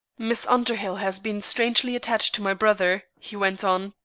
miss underhill has been strangely attached to my brother, he went on,